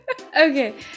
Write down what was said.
okay